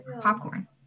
popcorn